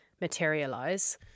materialize